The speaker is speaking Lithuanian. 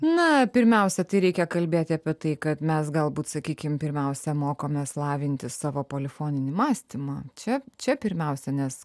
na pirmiausia tai reikia kalbėti apie tai kad mes galbūt sakykim pirmiausia mokomės lavinti savo polifoninį mąstymą čia čia pirmiausia nes